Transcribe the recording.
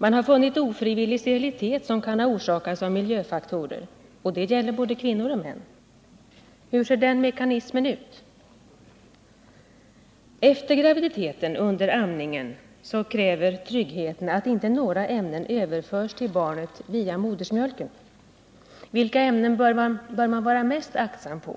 Man har funnit ofrivillig sterilitet, som kan ha orsakats av miljöfaktorer, och det gäller både kvinnor och män. Hur ser den mekanismen ut? Efter graviditeten, under amningen, kräver tryggheten att inga skadliga ämnen överförs till barnet via modersmjölken. Vilka ämnen bör man vara mest aktsam på?